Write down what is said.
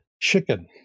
chicken